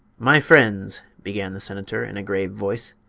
my friends, began the senator, in a grave voice,